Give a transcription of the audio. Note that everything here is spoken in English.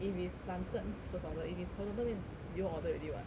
if it's slanted means first order if it's horizontal means zero order already [what]